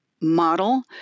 model